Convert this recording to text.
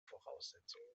voraussetzungen